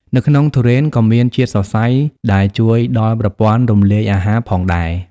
នៅក្នុងទុរេន ក៏មានជាតិសរសៃ ដែលជួយដល់ប្រព័ន្ធរំលាយអាហារផងដែរ។